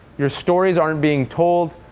your stories aren't being told.